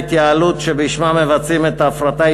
ההתייעלות שבשמה מבצעים את ההפרטה היא